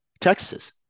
Texas